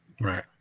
Right